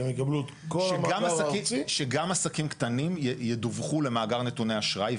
שהם יקבלו את כל --- שגם עסקים קטנים ידווחו למאגר נתוני אשראי.